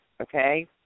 Okay